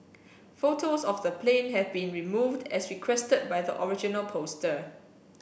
photos of the plane have been removed as requested by the original poster